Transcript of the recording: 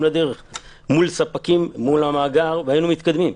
לדרך מול הספקים ומול המאגר והיינו מתקדמים.